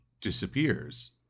disappears